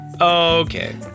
Okay